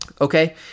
Okay